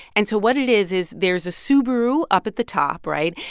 and so what it is is there's a subaru up at the top right?